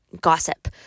gossip